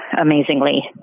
amazingly